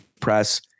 press